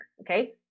Okay